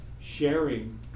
sharing